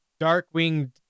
Darkwing